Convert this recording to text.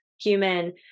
human